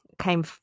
came